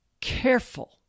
careful